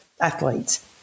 athletes